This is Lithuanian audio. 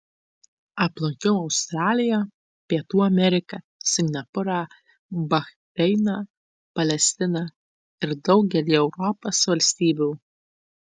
aplankiau australiją pietų ameriką singapūrą bahreiną palestiną ir daugelį europos valstybių